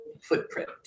footprint